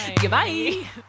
goodbye